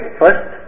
first